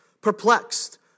Perplexed